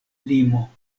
limo